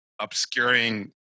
obscuring